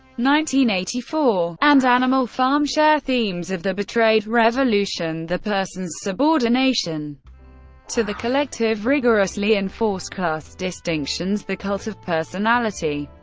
nineteen eighty-four and animal farm share themes of the betrayed revolution, the person's subordination to the collective, rigorously enforced class distinctions, the cult of personality,